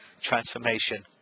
transformation